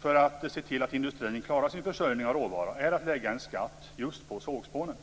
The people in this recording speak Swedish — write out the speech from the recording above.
för att se till att industrin klarar sin försörjning av råvara är att lägga en skatt just på sågspånen.